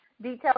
Details